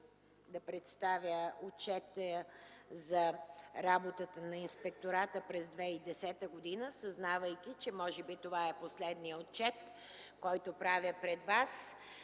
да представя отчета за работата на инспектората през 2010 г., съзнавайки че това може би е последният отчет, който правя пред вас.